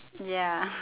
ya